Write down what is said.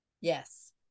Yes